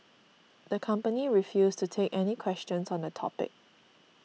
the company refused to take any questions on the topic